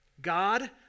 God